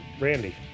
Randy